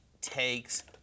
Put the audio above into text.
takes